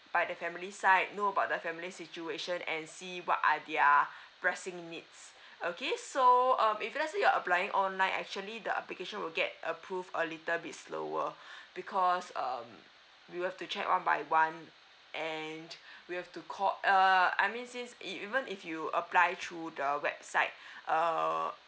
by the family side know about the family situation and see what are their pressing needs okay so um if let's say you're applying online actually the application will get approve a little bit slower because um we have to check one by one and we have to called uh I mean since e~ even if you apply through the website err